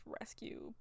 rescue